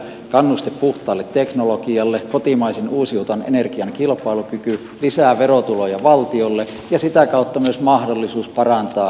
kannuste puhtaalle teknologialle kotimaisen uusiutuvan energian kilpailukyky lisää verotuloja valtiolle ja sitä kautta myös mahdollisuus parantaa kehityspolitiikan rahoitusta